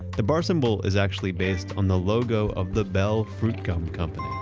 the bar symbol is actually based on the logo of the bell-fruit gum company.